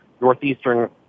northeastern